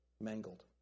mangled